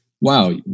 wow